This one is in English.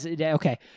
Okay